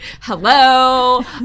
Hello